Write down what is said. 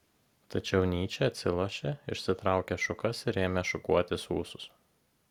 tačiau nyčė atsilošė išsitraukė šukas ir ėmė šukuotis ūsus